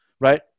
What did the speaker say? right